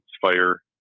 fire